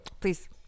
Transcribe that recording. Please